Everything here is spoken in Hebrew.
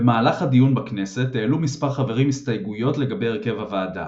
במהלך הדיון בכנסת העלו מספר חברים הסתייגויות לגבי הרכב הוועדה.